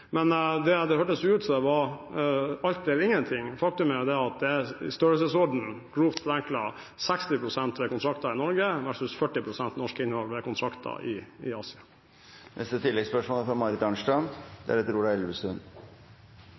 Men det hørtes ut som om det var alt eller ingenting. Faktum er at det er i størrelsesorden, grovt forenklet, 60 pst. ved kontrakter i Norge versus 40 pst. ved norske kontrakter i